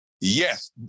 Yes